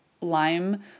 lime